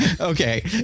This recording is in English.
okay